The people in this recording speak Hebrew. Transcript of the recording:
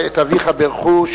את אביך בירכו,